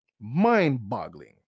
mind-boggling